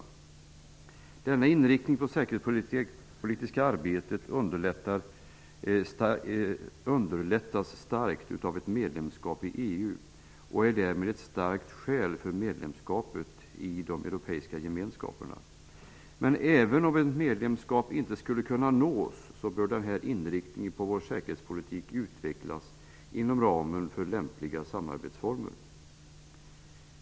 Denna inriktning av det säkerhetspolitiska arbetet underlättas starkt av ett medlemskap i EU och är därmed ett starkt skäl för medlemskapet i europeiska gemenskaperna. Även om ett medlemskap inte skulle kunna nås, bör denna inriktning av vår säkerhetspolitik utvecklas inom ramen för lämpliga samarbetsformer.